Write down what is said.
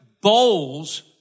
bowls